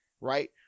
right